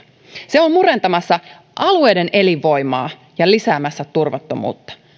se on murentamassa alueiden elinvoimaa ja lisäämässä turvattomuutta